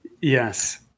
Yes